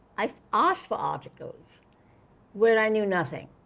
i asked for articles where i knew nothing.